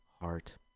Heart